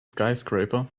skyscraper